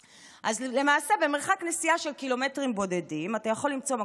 אז למעשה במרחק נסיעה של קילומטרים בודדים אתה יכול למצוא מקום עבודה,